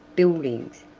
buildings,